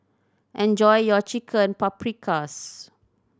enjoy your Chicken Paprikas